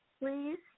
please